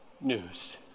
news